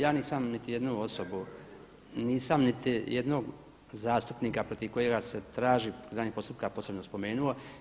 Ja nisam niti jednu osobu, nisam niti jednog zastupnika protiv kojega se traži pokretanje postupka posebno spomenuo.